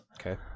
Okay